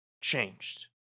changed